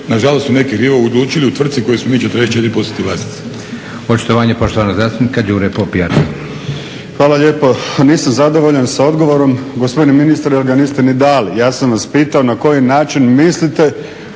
nažalost su neki krivo odlučili u tvrci kojoj smo mi 44%-tni vlasnici.